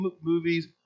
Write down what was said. movies